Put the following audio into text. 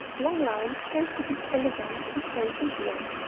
long lines tend to give elegance and grace in bearing.